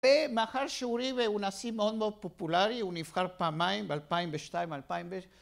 ומאחר שהוא ריי והוא נשיא מאוד מאוד פופולרי, הוא נבחר פעמיים, ב-2002 ואלפיים ו...